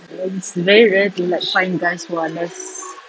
ya it's very rare to like find guys who are less